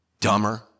dumber